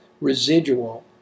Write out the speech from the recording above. residual